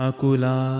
Akula